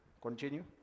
Continue